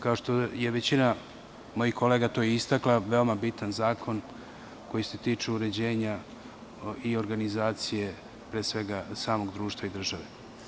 Kao što je većina mojih kolega to istakla, ovo je veoma bitan zakon koji se tiče uređenja i organizacije samog društva i države.